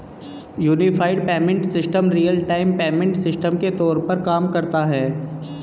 unified payment system real time payment system के तौर पर काम करता है